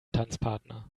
tanzpartner